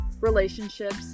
relationships